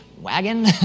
wagon